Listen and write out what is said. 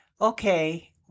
okay